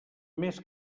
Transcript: més